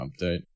update